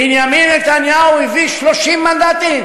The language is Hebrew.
בנימין נתניהו הביא 30 מנדטים,